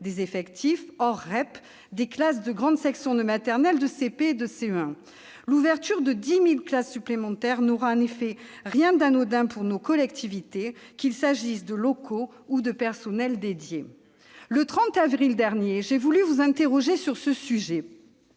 des effectifs, hors « REP », des classes de grande section de maternelle, de CP et de CE1. L'ouverture de 10 000 classes supplémentaires n'aura en effet rien d'anodin pour nos collectivités, qu'il s'agisse de locaux ou de personnels dédiés. Le 30 avril dernier, j'ai voulu vous interroger sur ce sujet.